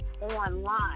online